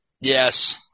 Yes